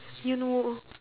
you know